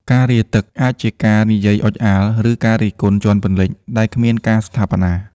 ការ «រាទឹក» អាចជាការនិយាយអុជអាល ឬការរិះគន់ជាន់ពន្លិចដែលគ្មានការស្ថាបនា។